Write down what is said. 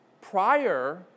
Prior